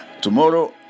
Tomorrow